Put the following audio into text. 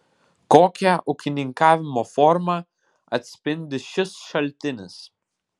kokią ūkininkavimo formą atspindi šis šaltinis